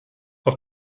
auf